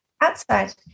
outside